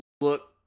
look